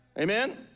Amen